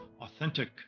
authentic